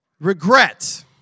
Regret